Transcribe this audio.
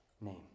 name